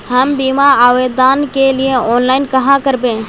हम बीमा आवेदान के लिए ऑनलाइन कहाँ करबे?